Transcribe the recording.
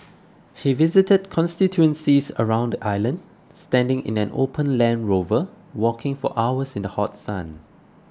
he visited constituencies around the island standing in an open Land Rover walking for hours in the hot sun